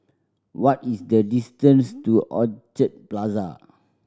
what is the distance to Orchid Plaza